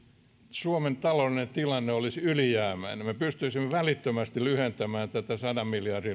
suomen taloudellinen tilanne olisi ylijäämäinen me pystyisimme välittömästi lyhentämään tätä sadan miljardin lainaa ihan toisessa tahdissa kuin nämä